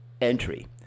entry